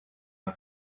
her